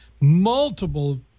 multiple